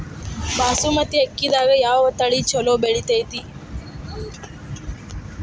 ಬಾಸುಮತಿ ಅಕ್ಕಿದಾಗ ಯಾವ ತಳಿ ಛಲೋ ಬೆಳಿತೈತಿ?